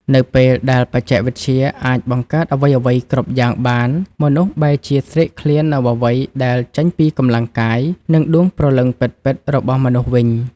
នៅពេលដែលបច្ចេកវិទ្យាអាចបង្កើតអ្វីៗគ្រប់យ៉ាងបាន មនុស្សបែរជាស្រេកឃ្លាននូវអ្វីដែលចេញពីកម្លាំងកាយ និងដួងព្រលឹងពិតៗរបស់មនុស្សវិញ។